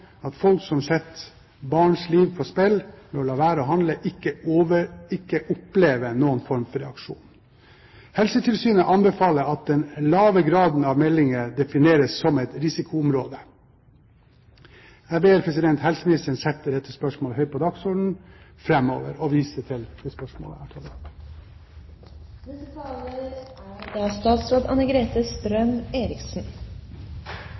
at folk som setter barns liv på spill ved å la være å handle, ikke opplever noen form for reaksjon. Helsetilsynet anbefaler at den lave graden av meldinger defineres som et risikoområde. Jeg ber helseministeren sette dette spørsmålet høyt på dagsordenen framover, og viser til det spørsmålet jeg